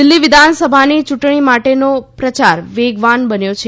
દિલ્હી વિધાનસભાની ચૂંટણી માટેનો પ્રચાર વેગવાન બન્યો છે